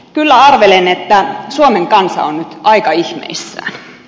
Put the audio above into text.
kyllä arvelen että suomen kansa on nyt aika ihmeissään